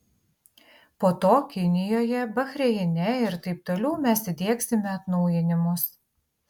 po to kinijoje bahreine ir taip toliau mes įdiegsime atnaujinimus